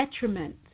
detriment